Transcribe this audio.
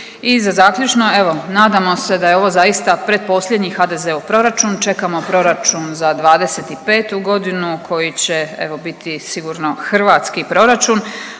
I za zaključno, evo nadamo se da je ovo zaista pretposljednji HDZ-ov proračun, čekamo proračun za '25.g. koji će evo biti sigurno hrvatski proračun.